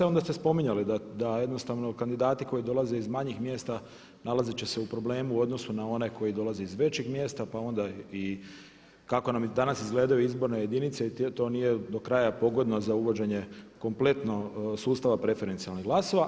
I onda ste spominjali da jednostavno kandidati koji dolaze iz manjih mjesta nalazit će se u problemu u odnosu na one koji dolaze iz većih mjesta, pa onda i kako nam i danas izgledaju izborne jedinice i to nije do kraja pogodno za uvođenje kompletno sustava preferencijalnih glasova.